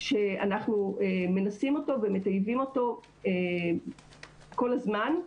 שאנחנו מנסים אותו ומטייבים אותו כל הזמן.